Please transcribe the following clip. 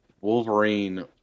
Wolverine